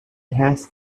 has